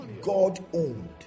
God-owned